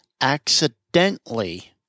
accidentally